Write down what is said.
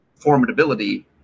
formidability